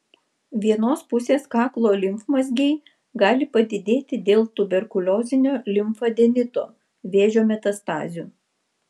vienos pusės kaklo limfmazgiai gali padidėti dėl tuberkuliozinio limfadenito vėžio metastazių